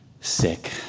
sick